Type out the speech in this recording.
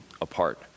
apart